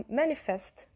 manifest